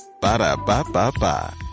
Ba-da-ba-ba-ba